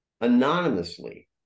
Anonymously